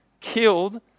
killed